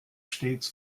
stets